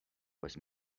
was